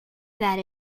that